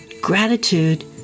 Gratitude